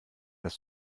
das